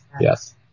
yes